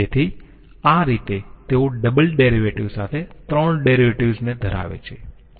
તેથી આ રીતે તેઓ ડબલ ડેરિવેટિવ સાથે 3 ડેરિવેટિવ્ઝ ને ધરાવે છે